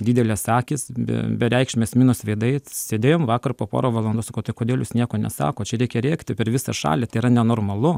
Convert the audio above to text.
didelės akys be bereikšmės minos veidai sėdėjom vakar po porą valandų sakau tai kodėl jūs nieko nesakot čia reikia rėkti per visą šalį tai yra nenormalu